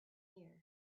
year